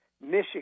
Michigan